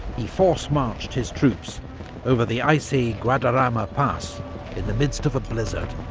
he force-marched his troops over the icy guadarrama pass in the midst of a blizzard.